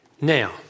Now